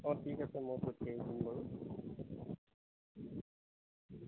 অঁ ঠিক আছে মই পঠিয়াই দিম বাৰু